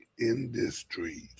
industries